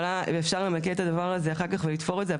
ואפשר לבקר את הדבר הזה אחר כך ולתפור את זה,